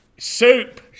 Soup